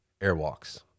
Airwalks